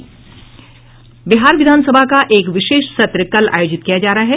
बिहार विधान सभा का एक विशेष सत्र कल आयोजित किया जा रहा है